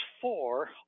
four